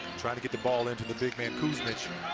trying to get the ball into the big man kuzmic.